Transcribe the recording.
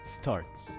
starts